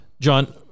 John